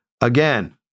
again